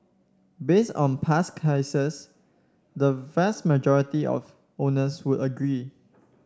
based on past cases the vast majority of owners would agree